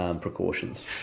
precautions